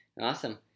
Awesome